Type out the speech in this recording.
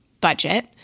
budget